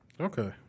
Okay